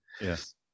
yes